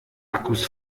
akkus